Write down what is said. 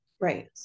Right